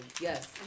Yes